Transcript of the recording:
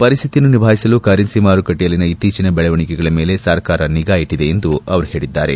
ಪರಿಸ್ತಿತಿಯನ್ನು ನಿಭಾಯಿಸಲು ಕರೆನ್ಸಿ ಮಾರುಕಟ್ಟೆಯಲ್ಲಿನ ಇತ್ತೀಚಿನ ಬೆಳವಣಿಗೆಗಳ ಮೇಲೆ ಸರ್ಕಾರ ನಿಗಾ ಇಟ್ಟದೆ ಎಂದು ಅವರು ಹೇಳಿದ್ದಾರೆ